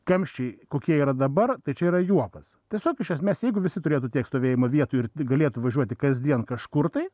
kamščiai kokie yra dabar tai čia yra juokas tiesiog iš esmės jeigu visi turėtų tiek stovėjimo vietų ir galėtų važiuoti kasdien kažkur tai